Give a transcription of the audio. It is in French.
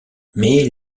mais